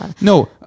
No